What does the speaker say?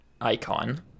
icon